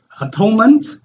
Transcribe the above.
atonement